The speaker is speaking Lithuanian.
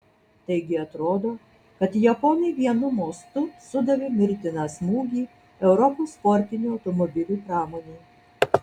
taigi atrodo kad japonai vienu mostu sudavė mirtiną smūgį europos sportinių automobilių pramonei